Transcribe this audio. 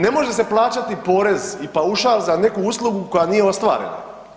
Ne može se plaćati porez i paušal za neku uslugu koja nije ostvarena.